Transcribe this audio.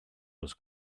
was